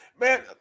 man